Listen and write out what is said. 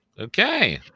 Okay